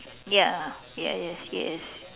ya yes yes yes